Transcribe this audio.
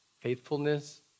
faithfulness